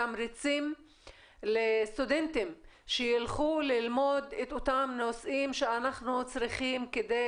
תמריצים לסטודנטים שילכו ללמוד את אותם נושאים שאנחנו צריכים כדי